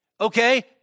Okay